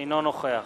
אינו נוכח